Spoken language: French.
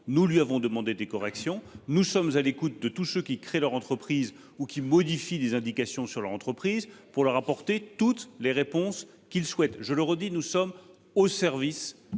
nous lui avons demandé des corrections. Nous sommes à l'écoute de tous ceux qui créent leur entreprise ou qui modifient des indications sur leur entreprise pour leur apporter toutes les réponses qu'ils souhaitent. Je le redis, nous sommes au service